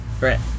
Right